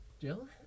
Jill